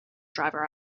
driver